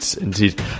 indeed